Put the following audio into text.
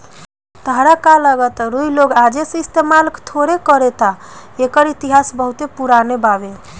ताहरा का लागता रुई लोग आजे से इस्तमाल थोड़े करता एकर इतिहास बहुते पुरान बावे